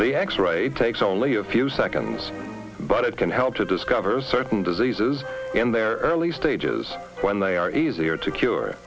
the x ray takes only a few seconds but it can help to discover certain diseases in their early stages when they are easier to cure